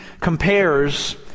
compares